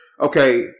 Okay